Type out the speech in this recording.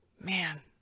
Man